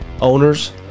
owners